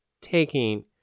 taking